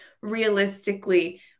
realistically